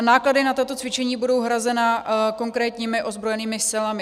Náklady na toto cvičení budou hrazeny konkrétními ozbrojenými silami.